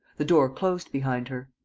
the door closed behind her.